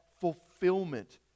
fulfillment